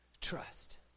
Trust